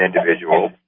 individual